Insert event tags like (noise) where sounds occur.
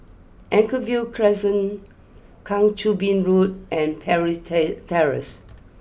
Anchorvale Crescent Kang Choo Bin Road and Parry's (unintelligible) Terrace